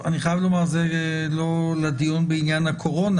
אני חייב לומר שזה לא לדיון בעניין הקורונה.